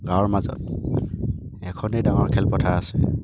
গাঁৱৰ মাজত এখনেই ডাঙৰ খেলপথাৰ আছে